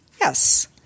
Yes